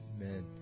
Amen